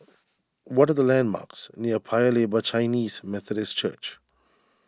what are the landmarks near Paya Lebar Chinese Methodist Church